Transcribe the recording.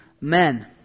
men